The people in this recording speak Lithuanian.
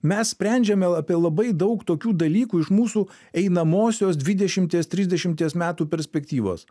mes sprendžiame apie labai daug tokių dalykų iš mūsų einamosios dvidešimties trisdešimties metų perspektyvos